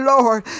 Lord